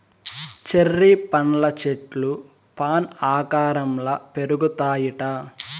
cherry పండ్ల చెట్లు fan ఆకారంల పెరుగుతాయిట